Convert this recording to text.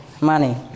money